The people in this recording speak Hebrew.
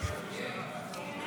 46 בעד, 54 נגד.